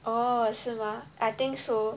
哦是吗 I think so